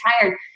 tired